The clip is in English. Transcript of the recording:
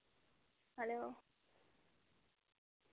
hello